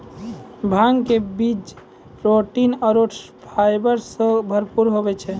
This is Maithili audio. भांग के बीज प्रोटीन आरो फाइबर सॅ भरपूर होय छै